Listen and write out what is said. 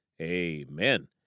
amen